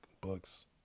books